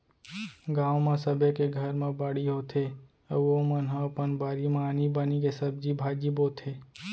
गाँव म सबे के घर म बाड़ी होथे अउ ओमन ह अपन बारी म आनी बानी के सब्जी भाजी बोथे